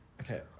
Okay